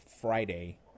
Friday